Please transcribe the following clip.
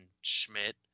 Schmidt